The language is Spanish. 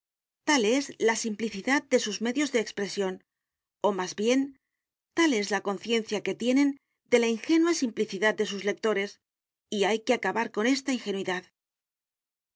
tal es la simplicidad de sus medios de expresión o más bien tal es la conciencia que tienen de la ingenua simplicidad de sus lectores y hay que acabar con esta ingenuidad